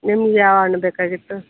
ನಿಮ್ಗೆ ಯಾವ ಹಣ್ ಬೇಕಾಗಿತ್ತು